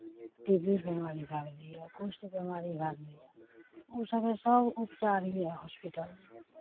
T B बेमारी भए गेलैए कुष्ट बेमारी भए गेलैए ओ सभके सभ उपचार यए हॉस्पिटलमे